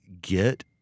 get